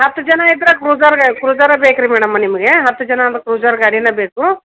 ಹತ್ತು ಜನ ಇದ್ರೆ ಕ್ರುಜರ್ ಗ ಕ್ರುಜರೇ ಬೇಕು ರೀ ಮೇಡಮ್ ನಿಮಗೆ ಹತ್ತು ಜನ ಅಂದ್ರೆ ಕ್ರುಜರ್ ಗಾಡೀನೇ ಬೇಕು